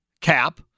cap